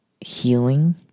healing